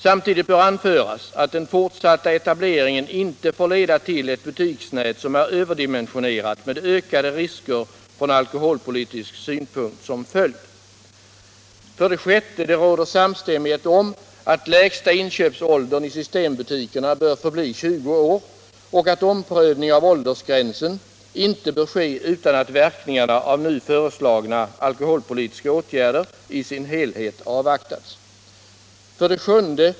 Samtidigt bör anföras att den fortsatta etableringen inte får leda till ett butiksnät som är överdimensionerat med ökade risker från alkoholpolitisk synpunkt som följd.” 6. Det råder samstämmighet om att lägsta inköpsåldern i systembutikerna bör förbli 20 år och att omprövning av åldersgränsen inte bör ske utan att verkningarna av nu föreslagna alkoholpolitiska åtgärder i sin helhet avvaktats. 7.